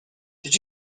did